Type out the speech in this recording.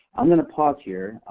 i'm going to pause here.